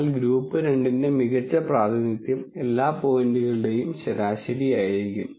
എന്നാൽ ഗ്രൂപ്പ് 2 ന്റെ മികച്ച പ്രാതിനിധ്യം എല്ലാ പോയിന്റുകളുടെയും ശരാശരി ആയിരിക്കും